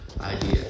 idea